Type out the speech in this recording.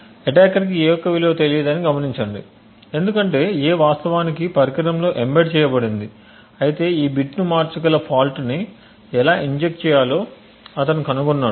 attacker కి a యొక్క విలువ తెలియదని గమనించండి ఎందుకంటే a వాస్తవానికి పరికరంలో ఎంబెడ్ చేయబడింది అయితే ఈ బిట్ను మార్చగల ఫాల్ట్ ని ఎలా ఇంజెక్ట్ చేయాలో అతను కనుగొన్నాడు